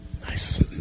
Nice